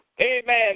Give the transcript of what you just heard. Amen